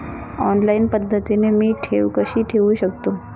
Online पद्धतीने मी ठेव कशी ठेवू शकतो?